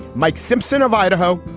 mike simpson of idaho.